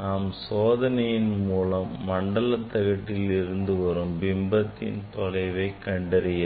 நாம் சோதனையின் மூலம் மண்டல தகட்டில் இருந்து பிம்பத்தின் தொலைவை கண்டறிய வேண்டும்